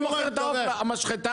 אני מוכר את העוף למשחטה.